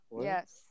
yes